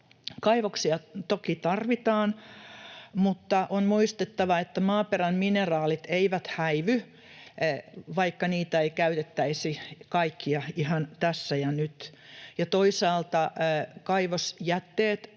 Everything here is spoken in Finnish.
Kaivoksia toki tarvitaan, mutta on muistettava, että maaperän mineraalit eivät häivy, vaikka niitä ei käytettäisi kaikkia ihan tässä ja nyt, ja toisaalta kaivosjätteet